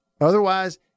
Otherwise